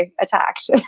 attacked